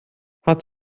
hat